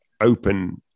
open